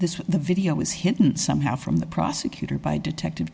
this the video was hidden somehow from the prosecutor by detective